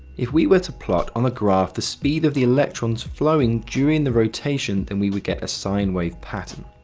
if we were to plot on a graph, the speed of the electrons flowing during the rotation, then we would get a sine wave pattern.